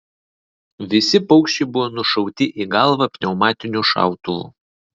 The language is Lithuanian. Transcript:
visi paukščiai buvo nušauti į galvą pneumatiniu šautuvu